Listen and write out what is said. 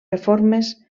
reformes